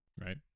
right